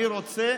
אני רוצה